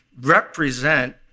represent